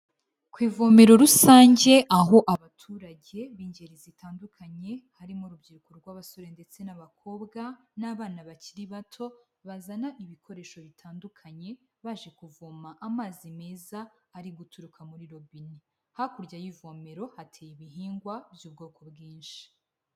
Ku ivomero rusange aho abaturage b'ingeri zitandukanye harimo urubyiruko rw'abasore ndetse n'abakobwa, n'abana bakiri bato, bazana ibikoresho bitandukanye baje kuvoma amazi meza ari guturuka muri robine, hakurya y'ivomero hateye ibihingwa by'ubwoko bwinshi.